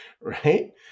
right